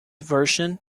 version